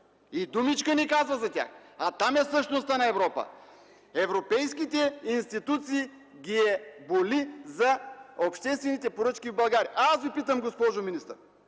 – думичка не каза за тях, а там е същността на Европа. Европейските институции ги боли за обществените поръчки в България. Аз Ви питам, госпожо министър,